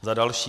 Za další.